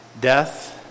death